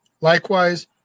Likewise